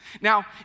Now